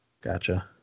Gotcha